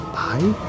bye